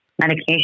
medication